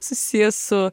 susijęs su